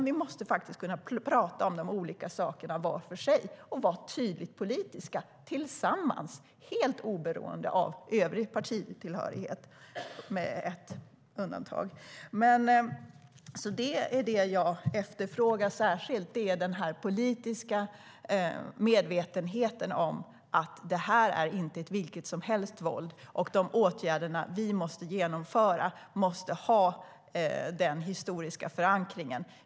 Vi måste kunna prata om de olika sakerna var för sig och vara tydligt politiska, tillsammans och helt oberoende av övrig partitillhörighet - med ett undantag. Det jag särskilt efterfrågar är alltså den politiska medvetenheten om att det här inte är vilket våld som helst och att de åtgärder vi måste genomföra måste ha den historiska förankringen.